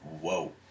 whoa